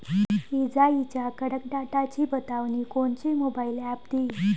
इजाइच्या कडकडाटाची बतावनी कोनचे मोबाईल ॲप देईन?